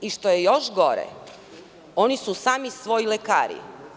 I što je još gore – oni su sami svoji lekari.